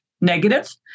negative